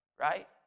Right